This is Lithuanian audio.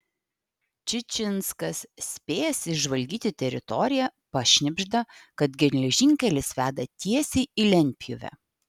čičinskas spėjęs išžvalgyti teritoriją pašnibžda kad geležinkelis veda tiesiai į lentpjūvę